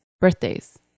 birthdays